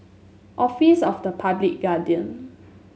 Office of the Public Guardian